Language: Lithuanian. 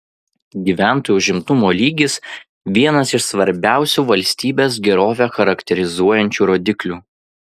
gyventojų užimtumo lygis vienas iš svarbiausių valstybės gerovę charakterizuojančių rodiklių